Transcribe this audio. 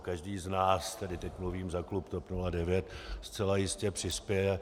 Každý z nás tedy teď mluvím za klub TOP 09 zcela jistě přispěje.